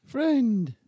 Friend